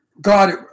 God